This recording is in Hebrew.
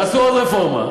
תעשו עוד רפורמה.